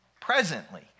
presently